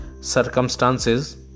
circumstances